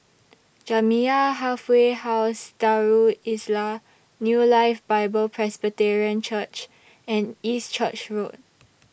Jamiyah Halfway House Darul Islah New Life Bible Presbyterian Church and East Church Road